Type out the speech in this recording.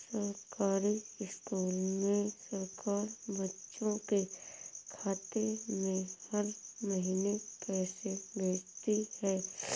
सरकारी स्कूल में सरकार बच्चों के खाते में हर महीने पैसे भेजती है